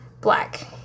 black